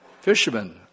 fishermen